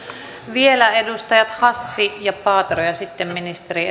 vielä edustajat hassi ja paatero ja sitten ministeri